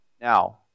Now